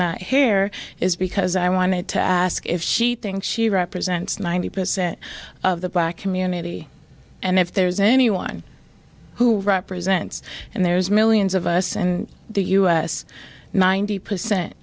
my hair is because i wanted to ask if she thinks she represents ninety percent of the black community and if there's anyone who represents and there's millions of us and the us ninety percent